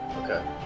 Okay